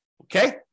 okay